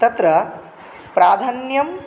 तत्र प्राधान्यं